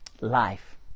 Life